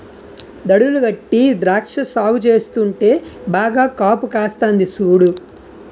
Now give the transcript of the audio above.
దడులు గట్టీ ద్రాక్ష సాగు చేస్తుంటే బాగా కాపుకాస్తంది సూడు